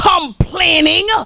complaining